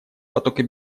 потоки